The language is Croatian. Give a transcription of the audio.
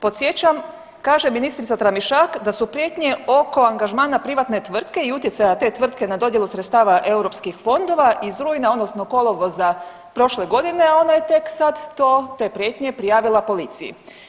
Podsjećam, kaže ministrica Tramišak da su prijetnje oko angažmana privatne tvrtke i utjecaja te tvrtke na dodjelu sredstava europskih fondova iz rujna odnosno kolovoza prošle godine, a ona je tek sad to, te prijetnje prijavila policiji.